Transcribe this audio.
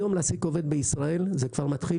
היום להעסיק עובד בישראל זה כבר מתחיל